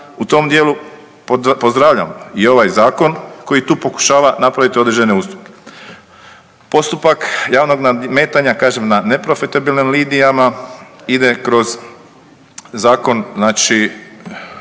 u tom dijelu pozdravljam i ovaj zakon koji tu pokušava napraviti određene ustupke. Postupak javnog nadmetanja kažem na neprofitabilnim linijama ide kroz zakon znači